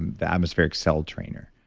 the atmospheric cell trainer,